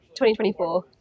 2024